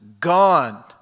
gone